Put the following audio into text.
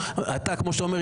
אתה כמו שאתה אומר,